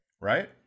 right